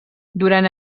durant